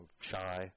shy